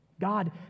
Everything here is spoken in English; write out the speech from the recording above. God